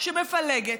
שמפלגת,